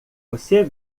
você